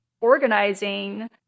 organizing